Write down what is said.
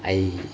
I